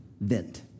vent